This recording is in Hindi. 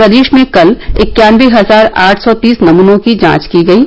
प्रदेश में कल इक्यानबे हजार आठ सौ तीस नमूनों की जांच की गयी